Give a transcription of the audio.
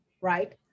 right